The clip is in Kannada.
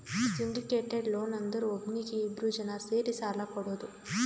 ಸಿಂಡಿಕೇಟೆಡ್ ಲೋನ್ ಅಂದುರ್ ಒಬ್ನೀಗಿ ಇಬ್ರು ಜನಾ ಸೇರಿ ಸಾಲಾ ಕೊಡೋದು